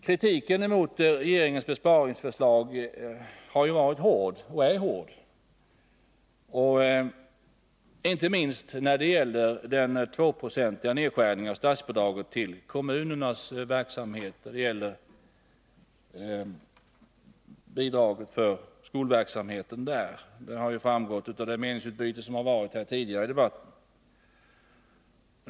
Kritiken mot regeringens besparingsförslag har varit och är hård, inte minst när det gäller den 2-procentiga nedskärningen av statsbidraget till kommunernas skolverksamhet. Det har ju framgått av meningsutbytet tidigare under debatten.